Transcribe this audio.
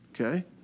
okay